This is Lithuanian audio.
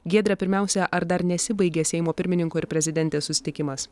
giedre pirmiausia ar dar nesibaigė seimo pirmininko ir prezidentės susitikimas